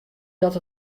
dat